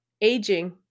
aging